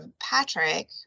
Patrick